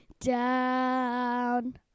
down